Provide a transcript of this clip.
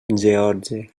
george